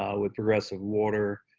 um with progressive water,